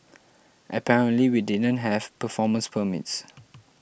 apparently we didn't have performance permits